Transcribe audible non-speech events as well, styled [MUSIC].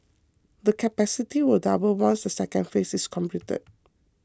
the capacity will double once the second phase is complete [NOISE]